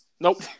Nope